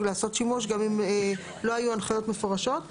לעשות שימוש גם אם לא היו הנחיות מפורשות.